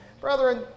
Brethren